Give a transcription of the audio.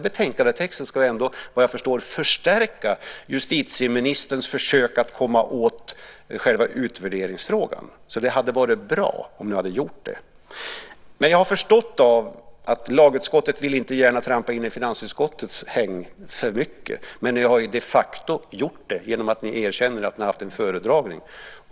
Betänkandetexten ska ju ändå, vad jag förstår, förstärka justitieministerns försök att komma åt själva utvärderingsfrågan, så det hade varit bra om ni hade gjort det. Jag har förstått att lagutskottet inte gärna vill trampa in i finansutskottets hägn alltför mycket. Men ni har de facto gjort det genom att ni erkänner att ni har haft en föredragning.